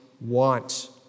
want